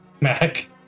Mac